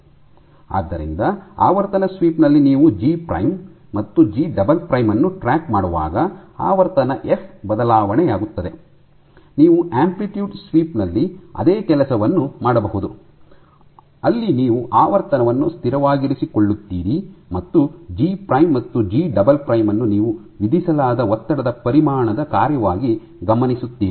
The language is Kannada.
ಆದ್ದರಿಂದ ಆವರ್ತನ ಸ್ವೀಪ್ ನಲ್ಲಿ ನೀವು ಜಿ ಪ್ರೈಮ್ ಮತ್ತು ಜಿ ಡಬಲ್ ಪ್ರೈಮ್ ಅನ್ನು ಟ್ರ್ಯಾಕ್ ಮಾಡುವಾಗ ಆವರ್ತನ ಎಫ್ ಬದಲಾವಣೆಯಾಗುತ್ತದೆ ನೀವು ಆಂಪ್ಲಿಟ್ಯೂಡ್ ಸ್ವೀಪ್ ನಲ್ಲಿ ಅದೇ ಕೆಲಸವನ್ನು ಮಾಡಬಹುದು ಅಲ್ಲಿ ನೀವು ಆವರ್ತನವನ್ನು ಸ್ಥಿರವಾಗಿರಿಸಿಕೊಳ್ಳುತ್ತೀರಿ ಮತ್ತು ಜಿ ಪ್ರೈಮ್ ಮತ್ತು ಜಿ ಡಬಲ್ ಪ್ರೈಮ್ ಅನ್ನು ನೀವು ವಿಧಿಸಲಾದ ಒತ್ತಡದ ಪರಿಮಾಣದ ಕಾರ್ಯವಾಗಿ ಗಮನಿಸುತ್ತೀರಿ